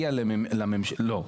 לא,